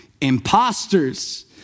Imposters